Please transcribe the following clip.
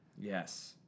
Yes